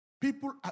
People